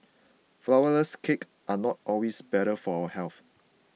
Flourless Cakes are not always better for health